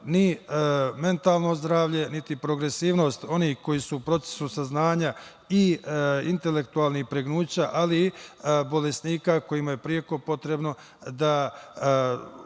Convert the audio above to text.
ni mentalno zdravlje, niti progresivnost onih koji su u procesu saznanja i intelektualnih pregnuća, ali i bolesnika kojima je preko potrebno da